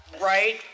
Right